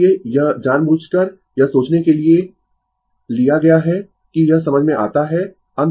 इसलिए यह जानबूझकर यह सोचने के लिए लिया गया है कि यह समझ में आता है